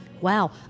Wow